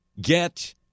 Get